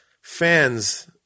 fans